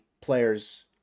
players